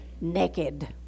naked